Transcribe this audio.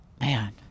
Man